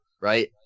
right